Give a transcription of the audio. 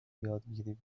یادگیری